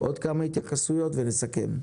עוד כמה התייחסויות ונסכם.